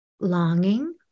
longing